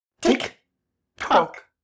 Tick-tock